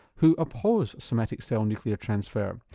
who oppose somatic cell nuclear transfer.